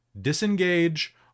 disengage